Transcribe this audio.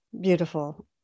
Beautiful